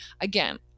again